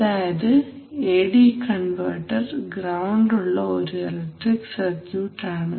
അതായത് AD converter ground ഉള്ള ഒരു ഇലക്ട്രിക് സർക്യൂട്ട് ആണ്